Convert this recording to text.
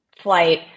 flight